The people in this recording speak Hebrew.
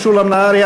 משולם נהרי,